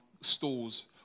stalls